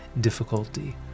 difficulty